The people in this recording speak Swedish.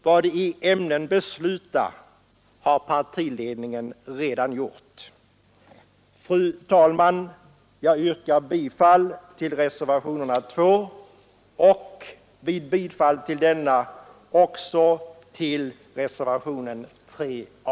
Vad I ämnen besluta har partiledningen redan gjort. Fru talman! Jag yrkar bifall till reservationen 2 och — vid bifall till denna — även till reservationen 3 a.